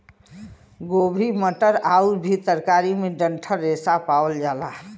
गोभी मटर आउर भी तरकारी में डंठल रेशा पावल जाला